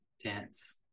tense